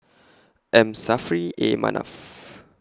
M Saffri A Manaf